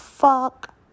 fuck